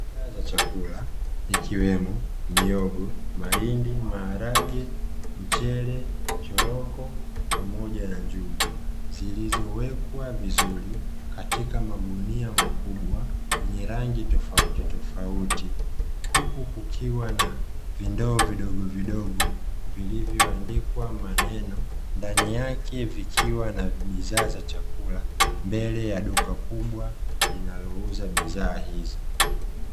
Bidhaa za chakula ikiwemo mihogo, mahindi, maharage, mchele, choroko pamoja na njugu zilizowekwa vizuri katika magunia makubwa yenye rangi tofauti tofauti, huku kukiwa na vindoo vidogo vidogo vilivyoandikwa maneno, ndani yake vikiwa na bidhaa za chakula, mbele ya duka kubwa linalouza bidhaa hizo.